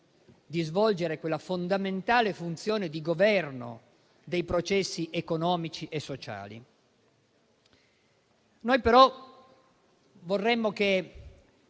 di svolgere quella fondamentale funzione di governo dei processi economici e sociali. Noi, però, vorremmo che